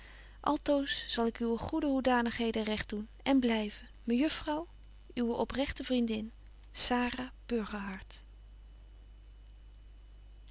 zal ik uwe goede hoedanigheden recht doen en blyven mejuffrouw uwe oprechte vriendin